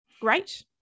Great